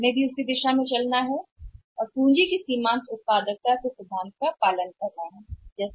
हमें भी लाइन में लगना होगा और हमें भी इसका अनुसरण करना होगा सीमांत का यह सिद्धांत पूंजी की उत्पादकता